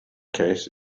case